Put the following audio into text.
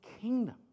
kingdom